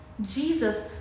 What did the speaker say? Jesus